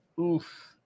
Oof